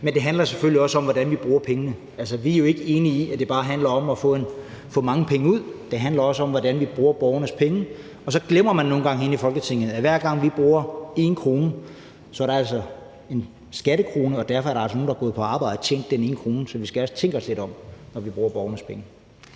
men det handler selvfølgelig også om, hvordan vi bruger pengene. Altså, vi er jo ikke enige i, at det bare handler om at få mange penge ud; det handler om, hvordan vi bruger borgernes penge. Og så glemmer man nogle gange herinde i Folketinget, at hver gang vi bruger 1 kr., er det altså en skattekrone, og derfor er der nogen, der har gået på arbejde og tjent den ene krone. Så vi skal også tænke os lidt om, når vi bruger borgernes penge.